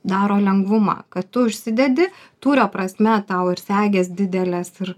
daro lengvumą kad tu užsidedi tūrio prasme tau ir segės didelės ir